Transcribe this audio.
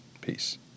peace